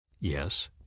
Yes